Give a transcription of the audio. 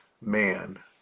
man